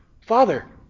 Father